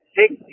take